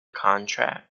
contract